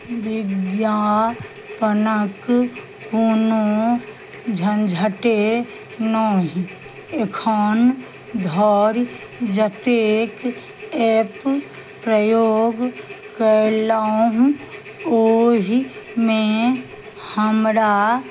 विज्ञापनक कोनो झञ्झटे नही एखन धरि जतेक एप प्रयोग कयलहुँ ओहिमे हमरा